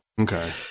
Okay